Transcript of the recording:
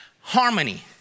harmony